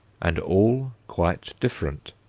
and all quite different.